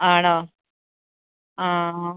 ആണോ ആ